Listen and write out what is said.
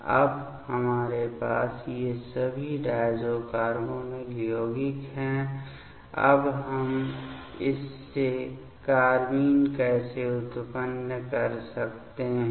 अब हमारे पास ये सभी डायज़ो कार्बोनिल यौगिक हैं अब हम इससे कार्बेन कैसे उत्पन्न कर सकते हैं